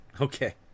Okay